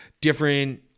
different